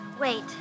Wait